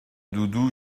doudou